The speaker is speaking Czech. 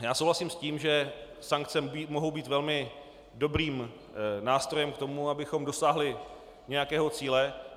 Já souhlasím s tím, že sankce mohou být velmi dobrým nástrojem k tomu, abychom dosáhli nějakého cíle.